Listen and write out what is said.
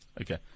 Okay